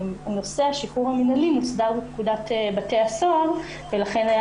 נושא השחרור המינהלי מוסדר בפקודת בתי הסוהר ולכן היה